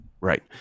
Right